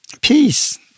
peace